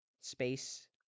space